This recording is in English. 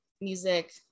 music